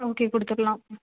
okay கொடுத்துட்லாம்